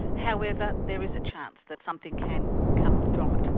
however there is a chance that something can come from it.